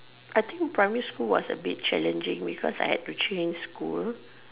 I think primary school was a bit challenging because I had to change school